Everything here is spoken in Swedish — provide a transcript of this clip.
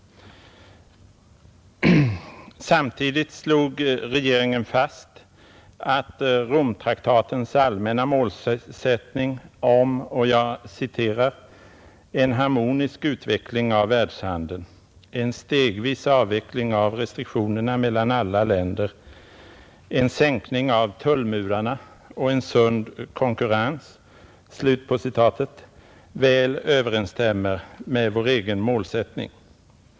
Samtidigt slog regeringen fast att Romtraktatens allmänna målsättning om ”en harmonisk utveckling av världshandeln, en stegvis avveckling av restriktionerna mellan alla länder, en sänkning av tullmurarna och en sund konkurrens” väl överensstämmer med vår egen målsättning.